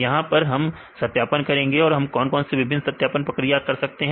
यहां पर हम सत्यापन करेंगे हमें कौन कौन से विभिन्न सत्यापन प्रक्रिया कर सकते हैं